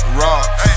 rocks